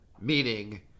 Meaning